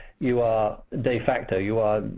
you are de facto, you are.